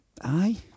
aye